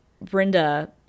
Brenda